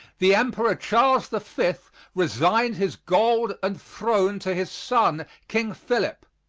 the emperor charles the fifth resigned his gold and throne to his son, king philip.